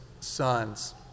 sons